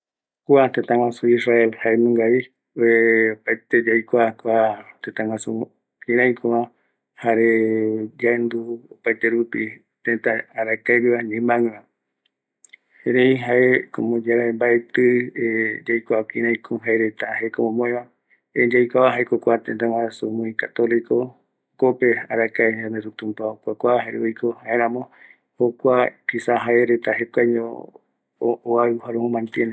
kua tëtä guaju Israel jaenungavi, opaete yaikua kua tëtä guaju kiraikova jare yaendu tëtä arakaegueva, ñimagueva, erei jae oimeyave mbaetï yaikua kiraiko jaereta jeko omomoeva, yaikuava jaeko kua tëtä guaju muy católico, jokope arakae yanderu tumpa okuakua jare oiko, jaeramo jokua kisas jaereta jekuaeño oau jare omo mantiene.